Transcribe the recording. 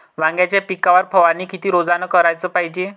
वांग्याच्या पिकावर फवारनी किती रोजानं कराच पायजे?